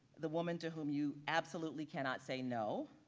the woman to whom you absolutely cannot say no